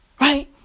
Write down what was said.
right